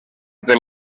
entre